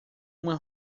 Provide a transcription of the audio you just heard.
uma